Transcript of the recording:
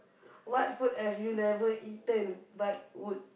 what food have you never eaten but would